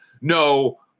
no